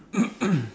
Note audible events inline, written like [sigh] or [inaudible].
[coughs]